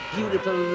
Beautiful